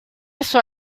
eso